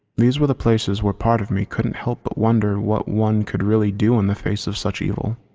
these were the places where part of me couldn't help but wonder what one could really do in the face of such evil.